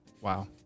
Wow